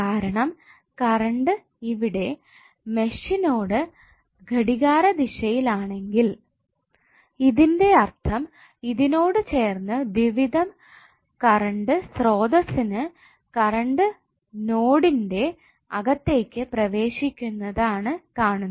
കാരണം കറണ്ട് ഇവിടെ മെഷിനോട് ഘടികാരദിശയിൽ ആണെങ്കിൽ ഇതിന്റെ അർത്ഥം ഇതിനോട് ചേർന്ന ദ്വിവിധം കറൻഡ് സ്രോതസിനു കറണ്ട് നോഡിന്റെ അകത്തേക്ക് പ്രവേശിക്കുന്നതാണ് കാണുന്നത്